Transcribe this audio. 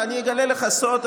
ואני אגלה לך סוד,